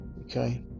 okay